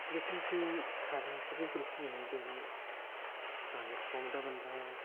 लेकिन कि थाह्रें ऐसे बी ग्रुप बनी जंदे के फलानी कौम दा बंदा आया